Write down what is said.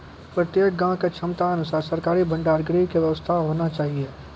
प्रत्येक गाँव के क्षमता अनुसार सरकारी भंडार गृह के व्यवस्था होना चाहिए?